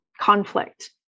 conflict